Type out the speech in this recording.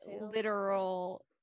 literal